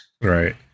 Right